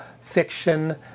fiction